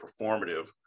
performative